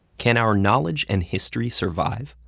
can our knowledge and history survive?